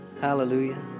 Hallelujah